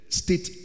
state